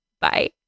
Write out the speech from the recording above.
Bye